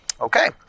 Okay